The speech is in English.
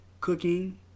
cooking